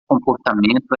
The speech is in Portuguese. comportamento